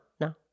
no